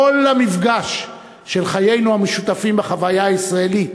כל המפגש של חיינו המשותפים בחוויה הישראלית